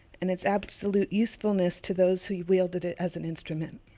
and it's absolute usefulness to those who wielded it as an instrument.